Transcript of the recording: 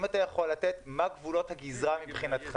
אם אתה יכול להגיד מהם גבולות הגזרה מבחינתך.